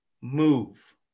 move